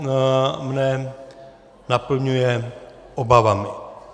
Co mne naplňuje obavami?